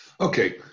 Okay